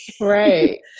Right